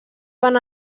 van